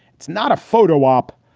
it's not a photo op,